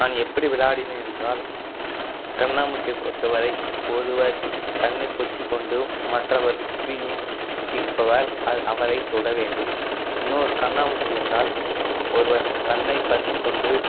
நான் எப்படி விளாடினேன் என்றால் கண்ணாமூச்சி பொறுத்த வரை ஒருவர் கண்ணை பொத்தி கொண்டும் மற்றவர் சுத்தியும் இருப்பவர் அவரை தொட வேண்டும் இன்னொரு கண்ணாமூச்சி என்றால் ஒருவர் கண்ணை பொத்தி கொண்டு